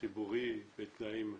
ציבורי בתנאים טובים,